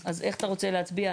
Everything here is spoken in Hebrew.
אז איך אתה רוצה להצביע?